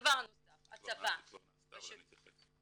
זה כבר נעשה אבל אני אתייחס.